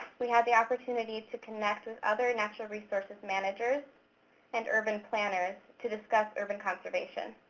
we had the opportunity to connect with other natural resources managers and urban planners to discuss urban conservation.